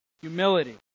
humility